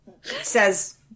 says